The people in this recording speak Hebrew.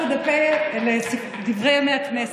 נרשם ונכנס לדברי ימי הכנסת.